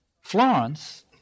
Florence